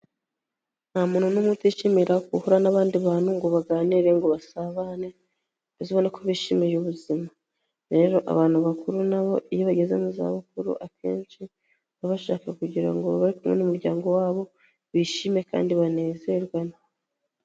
Nta muntu n'umwe utishimira guhura n'abandi bantu, ngo baganire, ngo basabane, mbese ubone ko bishimiye ubuzima, rero abantu bakuru nabo iyo bageze mu zabukuru, akenshi baba bashaka kugira ngo babe bari kumwe n'umuryango wabo bishime kandi banezerwane.